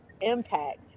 impact